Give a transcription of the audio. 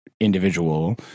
individual